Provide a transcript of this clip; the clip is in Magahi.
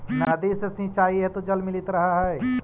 नदी से सिंचाई हेतु जल मिलित रहऽ हइ